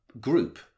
group